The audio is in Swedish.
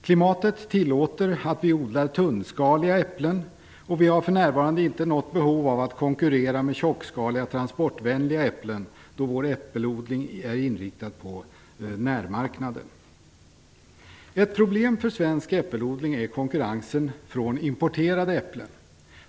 Klimatet tillåter att vi odlar tunnskaliga äpplen, och vi har för närvarande inte något behov av att konkurrera med tjockskaliga, transportvänliga äpplen då vår äppelodling är inriktad på närmarknaden. Ett problem för svensk äppelodling är konkurrens från importerade äpplen.